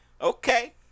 Okay